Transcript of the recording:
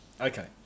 Okay